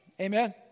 Amen